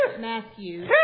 Matthew